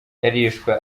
yarishwe